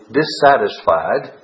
dissatisfied